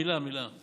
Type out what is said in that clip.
מילה, מילה.